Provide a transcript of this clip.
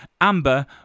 Amber